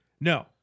No